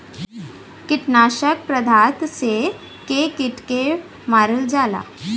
कीटनाशक पदार्थ से के कीट के मारल जाला